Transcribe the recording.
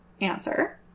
answer